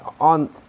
On